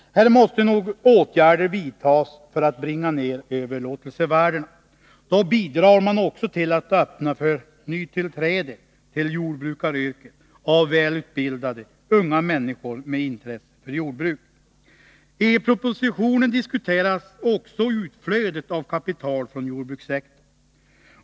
Här måste nog åtgärder vidtas för att bringa ner överlåtelsevärdena. Då bidrar man också till att öppna för nytillträde till jordbrukaryrket av välutbildade unga människor med intresse för jordbruk. I propositionen diskuteras också utflödet av kapital från jordbrukssektorn.